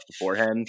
beforehand